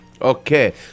Okay